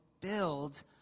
build